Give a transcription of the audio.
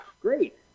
Great